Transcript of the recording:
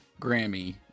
Grammy